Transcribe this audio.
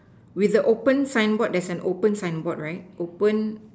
with the open sign board there's an open signboard right open